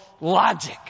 logic